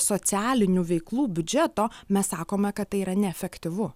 socialinių veiklų biudžeto mes sakome kad tai yra neefektyvu